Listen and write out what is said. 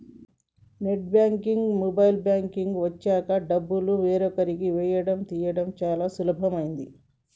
net banking, mobile banking లు వచ్చాక డబ్బులు వేరొకరికి వేయడం తీయడం చాలా సులభమైనది